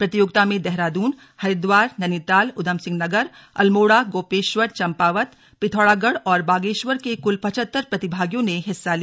प्रतियोगिता में देहरादून हरिद्वार नैनीताल ऊधमसिंह नगर अल्मोड़ा गोपेश्वर चम्पावत पिथौरागढ़ और बागेश्वर के कुल पचहत्तर प्रतिभागियों ने हिस्सा किया